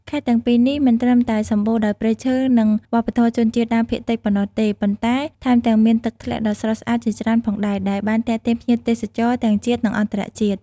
ខេត្តទាំងពីរនេះមិនត្រឹមតែសម្បូរដោយព្រៃឈើ និងវប្បធម៌ជនជាតិដើមភាគតិចប៉ុណ្ណោះទេ ប៉ុន្តែថែមទាំងមានទឹកធ្លាក់ដ៏ស្រស់ស្អាតជាច្រើនផងដែរ ដែលបានទាក់ទាញភ្ញៀវទេសចរទាំងជាតិ និងអន្តរជាតិ។